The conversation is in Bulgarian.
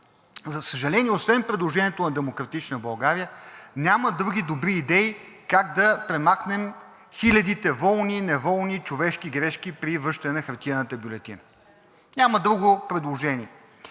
За съжаление, освен предложението на „Демократична България“ няма други добри идеи как да премахнем хилядите волни и неволни човешки грешки при връщане на хартиената бюлетина. Няма друго предложение.